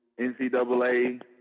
NCAA